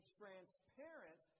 transparent